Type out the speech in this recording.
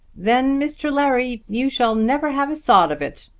then, mr. larry, you shall never have a sod of it,